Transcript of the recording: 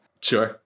Sure